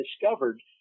discovered